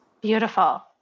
Beautiful